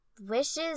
wishes